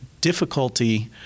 difficulty